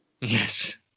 Yes